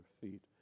feet